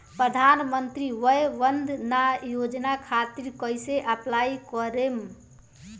प्रधानमंत्री वय वन्द ना योजना खातिर कइसे अप्लाई करेम?